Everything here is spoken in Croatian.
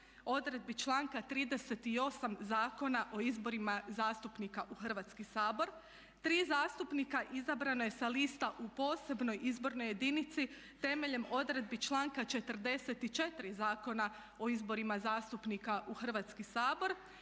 odredbi članka 38. Zakona o izborima zastupnika u Hrvatski sabor, 3 zastupnika izabrano je sa lista u posebnoj izbornoj jedinici temeljem odredbi članka 44. Zakona o izborima zastupnika u Hrvatski sabor,